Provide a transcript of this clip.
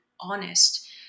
honest